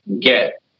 get